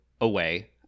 away